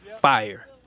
Fire